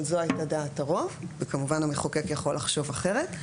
אבל זו הייתה דעת הרוב וכמובן המחוקק יכול לחשוב אחרת.